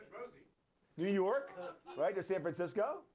new york, right. there's san francisco.